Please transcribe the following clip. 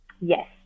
Yes